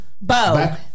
Bo